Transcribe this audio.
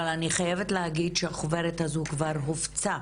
אבל אני חייבת להגיד שהחוברת הזו כבר הופצה